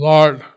Lord